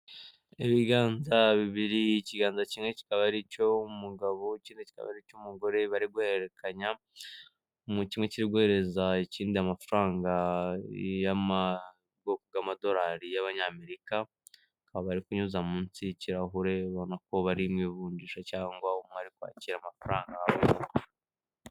Ibiganza bibiri ikiganza kimwe kikaba ari cyo mugabo kimwe cyaba cy'umugore bari guhererekanya kigureza ikindi amafarangaamadolari y'abanyamerika bari kunyuza munsi y'ikirahure bamakuba ari' ivunjisha cyangwa umware kwakira amafaranga.